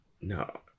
No